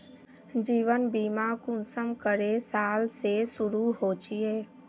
जीवन बीमा कुंसम करे साल से शुरू होचए?